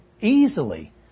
easily